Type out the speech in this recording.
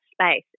space